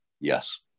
Yes